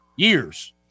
years